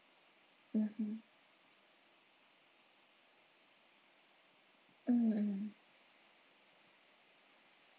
mmhmm mm mm